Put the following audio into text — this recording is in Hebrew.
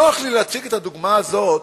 נוח לי להציג את הדוגמה הזאת,